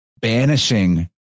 banishing